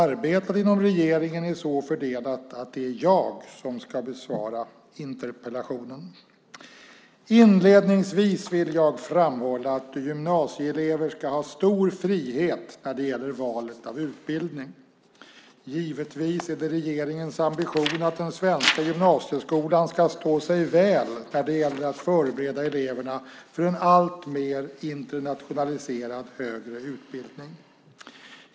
Arbetet inom regeringen är så fördelat att det är jag som ska besvara interpellationen. Inledningsvis vill jag framhålla att gymnasieelever ska ha stor frihet när det gäller valet av utbildning. Givetvis är det regeringens ambition att den svenska gymnasieskolan ska stå sig väl när det gäller att förbereda eleverna för en alltmer internationaliserad högre utbildning.